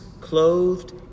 clothed